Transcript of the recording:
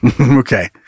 Okay